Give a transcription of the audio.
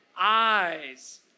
eyes